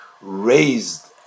raised